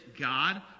God